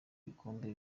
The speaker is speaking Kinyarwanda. ibikombe